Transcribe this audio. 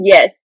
Yes